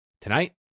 tonight